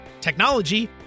technology